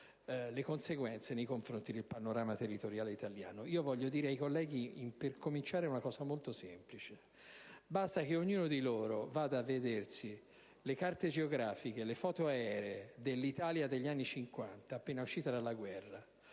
alle conseguenze sul panorama territoriale italiano. Voglio dire ai colleghi, per cominciare, una cosa molto semplice: basta che ognuno di loro vada a vedersi le carte geografiche, le foto aeree dell'Italia degli anni '50, appena uscita dalla guerra,